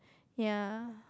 yea